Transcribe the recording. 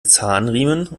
zahnriemen